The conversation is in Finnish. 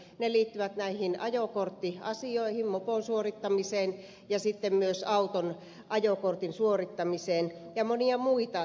ne liittyvät näihin ajokorttiasioihin mopokortin suorittamiseen ja sitten myös auton ajokortin suorittamiseen ja moniin muihin